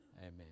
amen